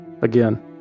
Again